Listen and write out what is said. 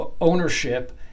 ownership